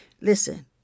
Listen